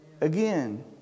again